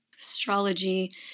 astrology